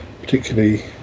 particularly